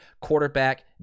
quarterback